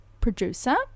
producer